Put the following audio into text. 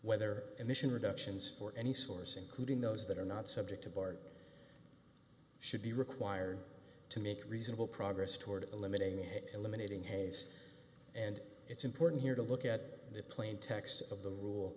whether emission reductions for any source including those that are not subject to board should be required to make reasonable progress toward eliminating and eliminating hayes and it's important here to look at the